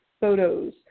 photos